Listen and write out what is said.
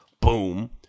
boom